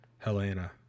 Helena